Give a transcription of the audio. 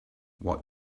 what